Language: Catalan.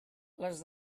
les